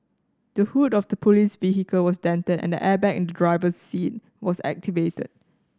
the hood of the police vehicle was dented and the airbag in the driver's seat was activated